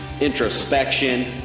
introspection